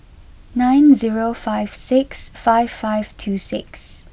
nine zero five six five five two six